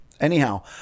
anyhow